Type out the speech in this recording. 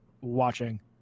watching